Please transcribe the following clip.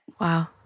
Wow